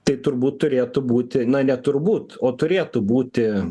tai turbūt turėtų būti na ne turbūt o turėtų būti